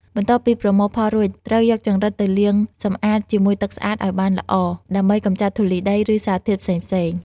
បន្ទាប់ពីប្រមូលផលរួច ត្រូវយកចង្រិតទៅលាងសម្អាតជាមួយទឹកស្អាតឲ្យបានល្អ ដើម្បីកម្ចាត់ធូលីដី ឬសារធាតុផ្សេងៗ។